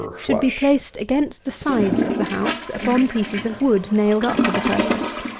should be placed against the sides of the house upon pieces of wood nailed up for the purpose.